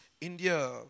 India